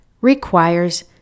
requires